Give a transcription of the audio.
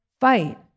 fight